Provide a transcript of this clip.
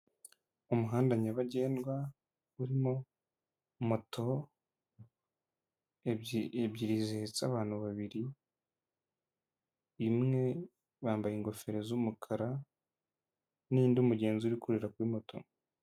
Umuhanda nyabagendwa urimo moto ebyiri zihetse abantu babiri, imwe bambaye ingofero z'umukara, n'indi umugenzi ari kurira kuri moto.